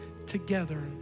Together